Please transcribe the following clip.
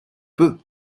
peu